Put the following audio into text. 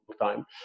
time